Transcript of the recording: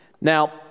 Now